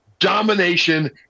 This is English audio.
domination